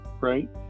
right